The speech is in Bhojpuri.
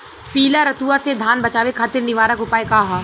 पीला रतुआ से धान बचावे खातिर निवारक उपाय का ह?